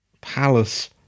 palace